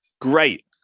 Great